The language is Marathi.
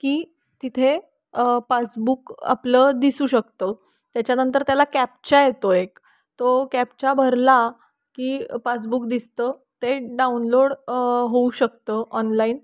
की तिथे पासबुक आपलं दिसू शकतं त्याच्यानंतर त्याला कॅपचा येतो एक तो कॅपचा भरला की पासबुक दिसतं ते डाउनलोड होऊ शकतं ऑनलाईन